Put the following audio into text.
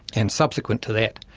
and subsequent to that,